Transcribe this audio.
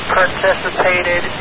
participated